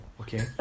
Okay